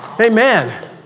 Amen